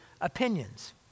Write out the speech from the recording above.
opinions